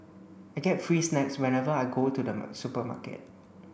I get free snacks whenever I go to the supermarket